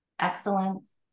excellence